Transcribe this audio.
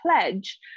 pledge